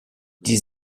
die